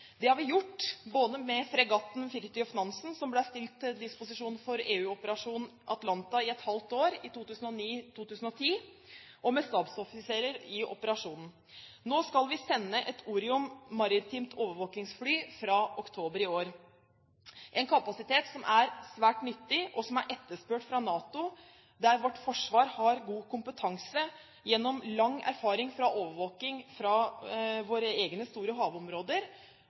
Det har vi gjort både med fregatten KNM «Fridtjof Nansen», som ble stilt til disposisjon for EU-operasjonen Atalanta i et halvt år i 2009/2010, og med stabsoffiserer i operasjonen. Nå skal vi sende et Orion maritimt overvåkingsfly fra oktober i år – en kapasitet som er svært nyttig, og som er etterspurt av NATO, der vårt forsvar har god kompetanse gjennom lang erfaring fra overvåking av våre egne store havområder.